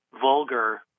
vulgar